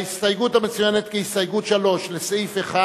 ההסתייגות המצוינת כהסתייגות 3 לסעיף 1: